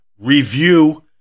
review